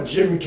Jim